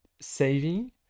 saving